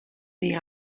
die